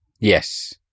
Yes